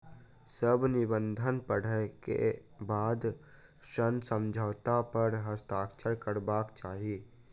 सभ निबंधन पढ़ै के बाद ऋण समझौता पर हस्ताक्षर करबाक चाही